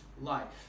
life